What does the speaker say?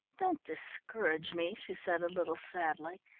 don't discourage me, she said a little sadly.